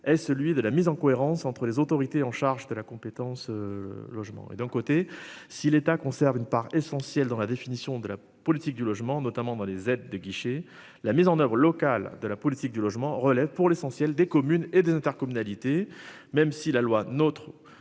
est celui de la mise en cohérence entre les autorités en charge de la compétence. Logement et d'un côté, si l'État conserve une part essentielle dans la définition de la politique du logement, notamment dans les aides de guichet, la mise en oeuvre locale de la politique du logement relève pour l'essentiel des communes et des intercommunalités. Même si la loi notre